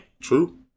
True